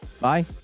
Bye